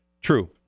True